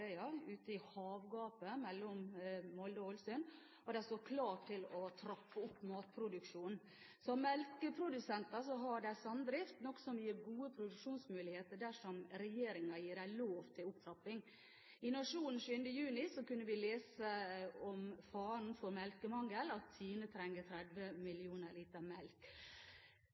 Harøya, ute i havgapet mellom Molde og Ålesund, og de står klare til å trappe opp matproduksjonen. Som melkeprodusenter har de samdrift, noe som gir gode produksjonsmuligheter dersom regjeringen gir dem lov til opptrapping. I Nationen 6. juni kunne vi lese om faren for melkemangel, at TINE trenger 30 millioner liter melk.